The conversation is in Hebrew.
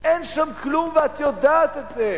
אין שם כלום, ואת יודעת את זה.